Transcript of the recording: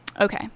Okay